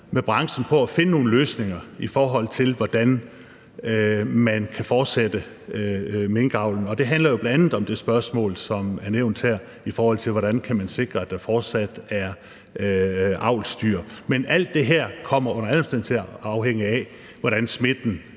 med branchen på at finde nogle løsninger i forhold til, hvordan man kan fortsætte minkavlen. Og det handler jo bl.a. om det spørgsmål, som er nævnt her: hvordan man kan sikre, at der fortsat er avlsdyr. Men alt det her kommer under alle omstændigheder til at afhænge af, hvordan coronasmitten